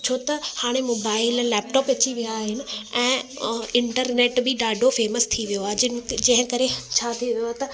छो त हाणे मोबाइल लेपटॉप अची विया आहिनि ऐं इंटरनेट बि ॾाढो फेमस थी वियो आहे जिन जंहिं करे छा थी वियो आहे त